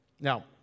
Now